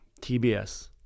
TBS